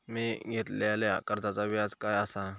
मी घेतलाल्या कर्जाचा व्याज काय आसा?